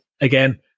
again